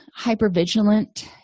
hypervigilant